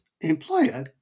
employer